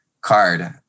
card